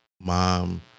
Mom